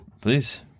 Please